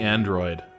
Android